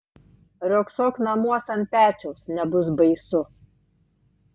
riogsok namuos ant pečiaus nebus baisu